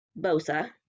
Bosa